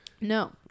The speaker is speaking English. no